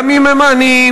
גם אם הם עניים,